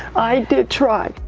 i did try.